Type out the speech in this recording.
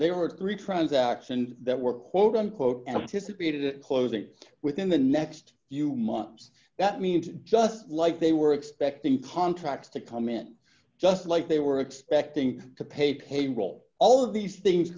transactions that were quote unquote anticipated closing within the next few months that means just like they were expecting contracts to comment just like they were expecting to pay payroll all of these things